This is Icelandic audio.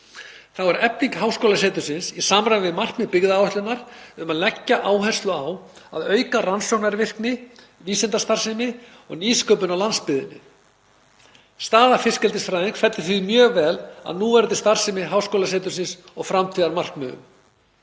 Þá er efling háskólasetursins í samræmi við markmið byggðaáætlunar um að leggja áherslu á að auka rannsóknarvirkni, vísindastarfsemi og nýsköpun á landsbyggðinni. Staða fiskeldisfræðings fellur því mjög vel að núverandi starfsemi háskólasetursins og framtíðarmarkmiðum.